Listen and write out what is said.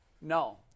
No